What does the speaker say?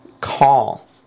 call